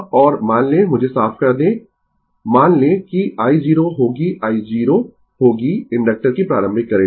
तो वह और मान लें मुझे साफ कर दें मान लें कि i0 होगी i0 होगी इंडक्टर की प्रारंभिक करंट